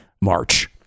March